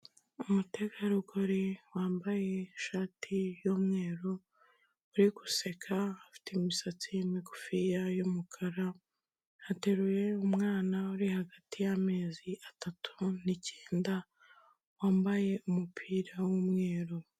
Umutegarugori wambaye ishati y'umweru, uri guseka, ufite imisatsi migufiya y'umukara, ateruye umwana uri hagati y'amezi atatu n'icyenda, wambaye umupira w'umweru.